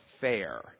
fair